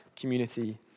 community